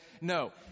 No